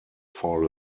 fall